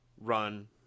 run